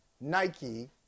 Nike